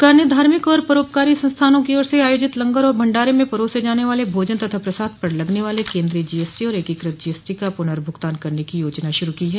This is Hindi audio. सरकार ने धार्मिक और परोपकारी संस्थानों की ओर से आयोजित लंगर और भंडार में परोसे जाने वाले भोजन तथा प्रसाद पर लगने वाले केन्द्रीय जीएसटी और एकीकृत जीएसटी का पुनर्भुगतान करने की योजना शुरु की है